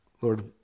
Lord